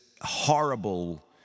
horrible